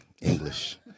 English